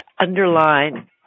underline